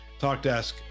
TalkDesk